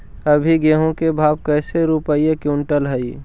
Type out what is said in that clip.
अभी गेहूं के भाव कैसे रूपये क्विंटल हई?